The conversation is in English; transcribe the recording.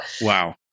Wow